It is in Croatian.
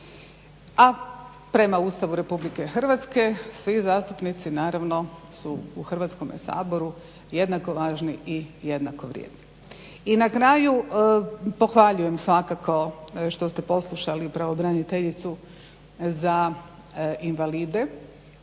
A prema Ustavu RH svi zastupnici u Hrvatskom saboru jednako važni i jednako vrijedni. I na kraju pohvaljujem svakako što ste poslušali pravobraniteljicu za invalide